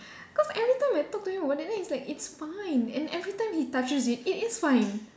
cause every time I talk to him about then he's like it's fine and every time he touches it it is fine